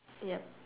yup